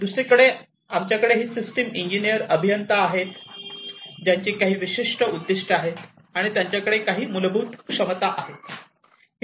दुसरीकडे आमच्याकडे ही सिस्टम इंजिनीयर अभियंता आहेत ज्यांची काही विशिष्ट उद्दीष्टे आहेत आणि त्यांच्याकडे काही मूलभूत क्षमता आहेत